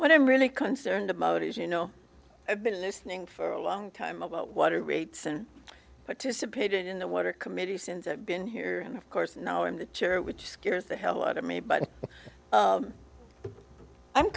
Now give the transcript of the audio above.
what i'm really concerned about is you know i've been listening for a long time about water rates and participated in the water committee since i've been here and of course now i'm the chair which scares the hell out of me but